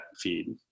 feed